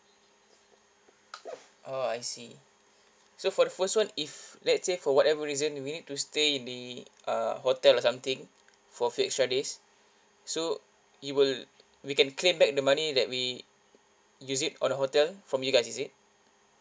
oh I see so for the first one if let's say for whatever reason we need to stay in the err hotel or something for few extra days so it will we can claim back the money that we use it on hotel from you guys is it